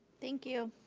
thank you.